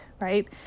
right